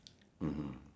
don't have already